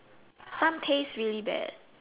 some taste really bad